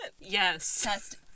Yes